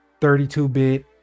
32-bit